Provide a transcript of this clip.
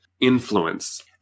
influence